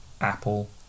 Apple